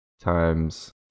times